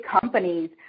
companies